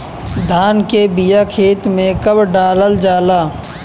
धान के बिया खेत में कब डालल जाला?